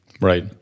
Right